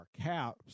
caps